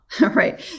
right